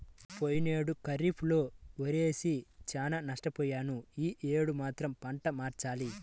పోయినేడు ఖరీఫ్ లో వరేసి చానా నష్టపొయ్యాను యీ యేడు మాత్రం పంట మార్చాలి